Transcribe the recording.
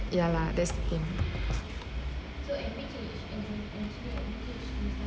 ya lah that's the thing